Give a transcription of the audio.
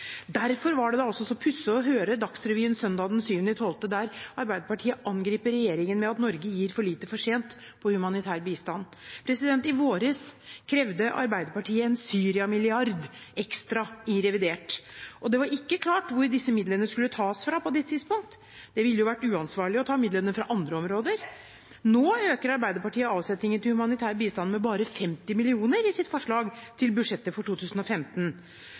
Derfor var det så pussig å høre en representant for Arbeiderpartiet i Dagsrevyen søndag den 7. desember angripe regjeringen for at Norge gir for lite for sent til humanitær bistand. I vår krevde Arbeiderpartiet en Syria-milliard ekstra i revidert. Det var ikke klart hvor disse midlene skulle tas fra, på det tidspunktet. Det ville vært uansvarlig å ta midlene fra andre områder. Nå øker Arbeiderpartiet avsetningen til humanitær bistand med bare 50 mill. kr i sitt forslag til budsjett for 2015.